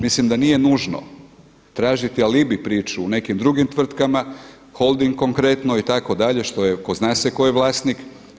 Mislim da nije nužno tražiti alibij … u nekim drugim tvrtkama, Holding konkretno itd. što je zna se tko je vlasnik.